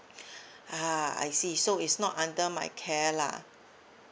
ah I see so it's not under my care lah